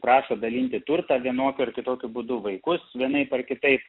prašo dalinti turtą vienokiu ar kitokiu būdu vaikus vienaip ar kitaip